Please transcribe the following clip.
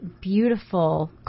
beautiful